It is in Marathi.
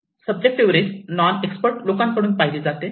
सब्जेक्टिव रिस्क नॉन एक्सपर्ट लोकांकडून पाहिली जाते